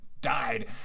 died